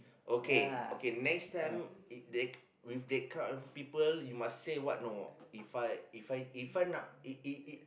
okay okay next time E they with that kind of people you must say what know if I if I if I not E E